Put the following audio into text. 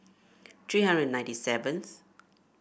three hundred and ninety seventh